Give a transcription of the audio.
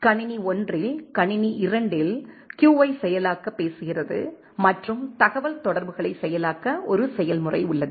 கணினி 1 இல் கணினி 2 இல் Q ஐ செயலாக்க பேசுகிறது மற்றும் தகவல்தொடர்புகளை செயலாக்க ஒரு செயல்முறை உள்ளது